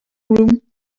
room